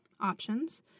options